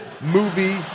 movie